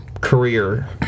career